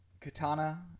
katana